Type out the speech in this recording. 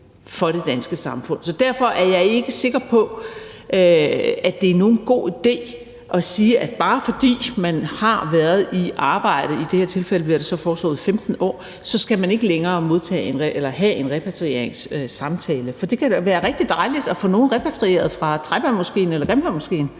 for det danske samfund. Så derfor er jeg ikke sikker på, at det er nogen god idé at sige, at bare fordi man har været i arbejde, og i det her tilfælde bliver der foreslået 15 år, så skal man ikke længere have en repatrieringssamtale, for det kan da være rigtig dejligt at få nogen repatrieret fra Taibamoskéen eller Grimhøjmoskéen,